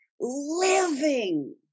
living